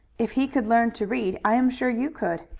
if he could learn to read i am sure you could.